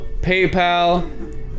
paypal